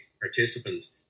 participants